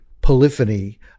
polyphony